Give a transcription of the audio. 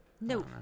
No